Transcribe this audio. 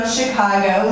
Chicago